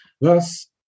Thus